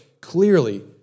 clearly